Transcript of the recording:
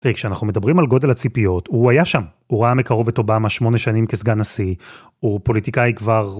כשאנחנו מדברים על גודל הציפיות הוא היה שם הוא ראה מקרוב את אובמה שמונה שנים כסגן נשיא הוא פוליטיקאי כבר